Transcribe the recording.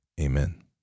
Amen